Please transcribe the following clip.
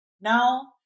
now